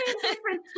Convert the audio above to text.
different